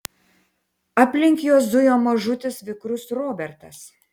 aplink juos zujo mažutis vikrus robertas